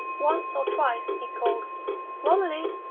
once or twice he called romilly!